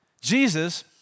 Jesus